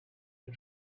and